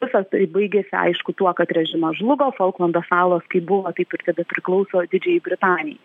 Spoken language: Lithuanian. visa tai baigėsi aišku tuo kad režimas žlugo folklando salos kaip buvo taip ir tebepriklauso didžiajai britanijai